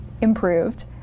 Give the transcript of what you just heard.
improved